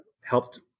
helped